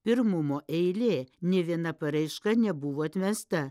pirmumo eilė nė viena paraiška nebuvo atmesta